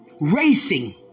Racing